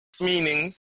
meanings